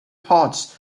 parts